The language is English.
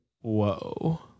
whoa